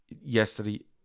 yesterday